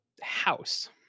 house